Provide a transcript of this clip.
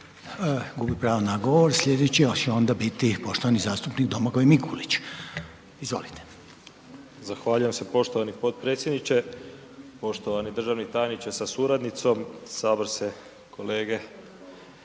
gubi pravo na govor. Slijedeći će onda biti poštovani zastupnik Domagoj Mikulić, izvolite. **Mikulić, Domagoj (HDZ)** Zahvaljujem se poštovani potpredsjedniče, poštovani državni tajniče sa suradnicom, saborske kolege.